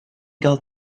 gael